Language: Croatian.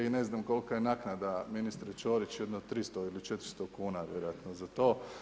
I ne znam kolika je naknada ministra Ćorića, jedno 300 ili 400 kuna vjerojatno za to.